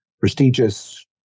prestigious